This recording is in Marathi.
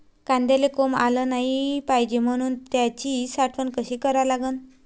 कांद्याले कोंब आलं नाई पायजे म्हनून त्याची साठवन कशी करा लागन?